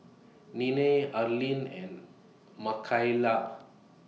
Nena Arlin and Makaila